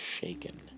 shaken